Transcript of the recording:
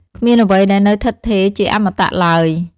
គ្មានអ្វីដែលនៅស្ថិតស្ថេរជាអមតៈឡើយ។